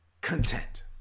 content